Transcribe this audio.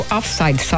Offside